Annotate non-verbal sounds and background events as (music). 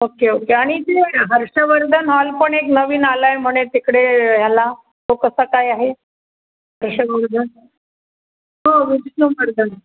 okay okay आणि ते Harshvardhan hall पण एक नवीन आला आहे म्हणे तिकडे याला तो कसा काय आहे हर्षवर्धन हो (unintelligible)